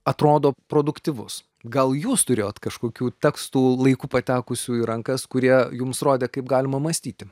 atrodo produktyvus gal jūs turėjot kažkokių tekstų laiku patekusių į rankas kurie jums rodė kaip galima mąstyti